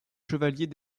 chevalier